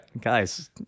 guys